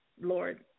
Lord